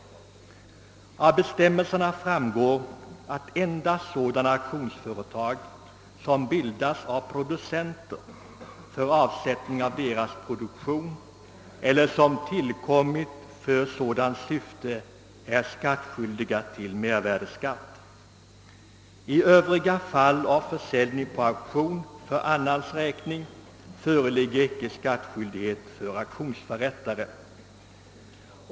Av bestämmelserna framgår att endast sådana auktionsföretag, som bildats av producenter för avsättning av deras produktion eller som tillkommit för sådant syfte, är skattskyldiga till mervärdeskatt. I övriga fall av försäljning på auktion för annans räkning föreligger icke skattskyldighet för auktionsförrättare.